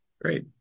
Great